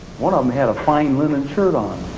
one of them had a fine linen shirt on.